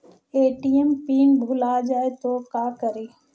ATM PIN भुला जाए तो का करी?